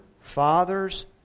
fathers